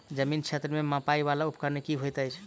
जमीन क्षेत्र केँ मापय वला उपकरण की होइत अछि?